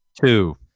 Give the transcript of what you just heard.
Two